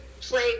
play